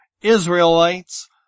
Israelites